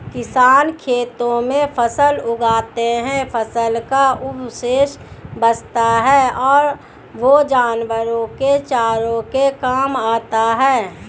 किसान खेतों में फसल उगाते है, फसल का अवशेष बचता है वह जानवरों के चारे के काम आता है